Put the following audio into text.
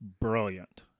Brilliant